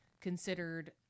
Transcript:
considered